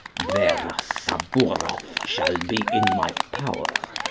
vera sabouroff shall be in my power,